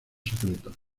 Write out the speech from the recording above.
secretos